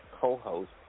co-host